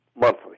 monthly